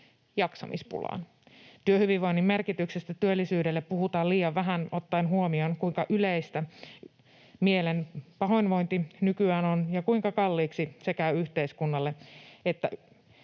jaksamispulaan. Työhyvinvoinnin merkityksestä työllisyydelle puhutaan liian vähän ottaen huomioon, kuinka yleistä mielen pahoinvointi nykyään on ja kuinka kalliiksi se käy sekä yhteiskunnalle että